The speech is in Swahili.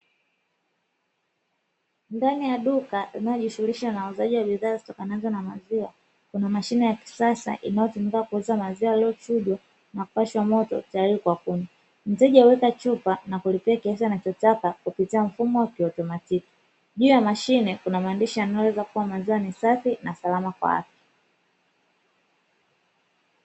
Ndani ya duka linalojihusisha na uuzaji wa bidhaa zitokanazo na maziwa, kuna mashine ya kisasa inayotumika kuuza maziwa yaliyochujwa na kupashwa moto tayari kwa kunywa. Mteja huweka chupa na kulipia kiasi anachotaka kupita mfumo wa kiotomatiki. Juu ya mashine kuna maandishi yanayoeleza kuwa maziwa ni safi na salama kwa afya.